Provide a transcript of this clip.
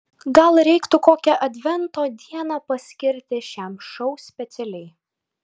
gal reiktų kokią advento dieną paskirti šiam šou specialiai